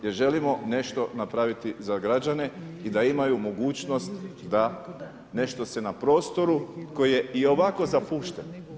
Jer želimo nešto napraviti za građane i da imaju mogućnost da nešto se na prostoru koji je i ovako zapušten.